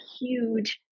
huge